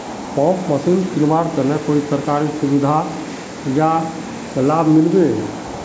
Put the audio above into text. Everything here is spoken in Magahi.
पंप मशीन किनवार तने कोई सरकारी सुविधा बा लव मिल्बी?